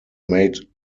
made